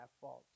fault